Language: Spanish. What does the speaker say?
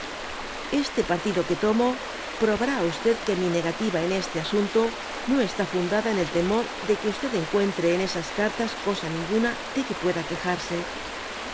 este partido que tomo probará á que mi negativa en este asunto no está fundada en el temor de que encuentre en esas cartas cosa ninguna deque pueda quejarse